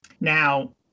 Now